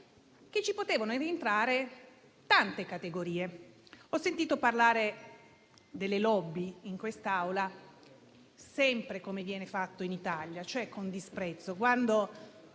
ci potevano rientrare tante categorie. Ho sentito parlare delle *lobby* in quest'Aula, come sempre viene fatto in Italia, cioè con disprezzo,